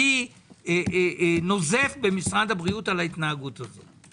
אני נוזף במשרד הבריאות על ההתנהגות הזו.